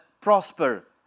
prosper